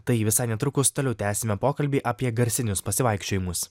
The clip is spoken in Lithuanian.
tai visai netrukus toliau tęsime pokalbį apie garsinius pasivaikščiojimus